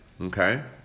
okay